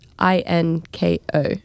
I-N-K-O